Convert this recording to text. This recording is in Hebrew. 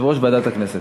יושב-ראש ועדת הכנסת.